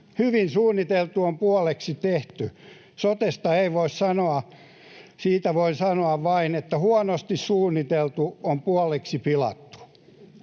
Hyvin suunniteltu on puoliksi tehty. Sotesta ei voi näin sanoa. Siitä voi sanoa vain, että huonosti suunniteltu on puoliksi pilattu.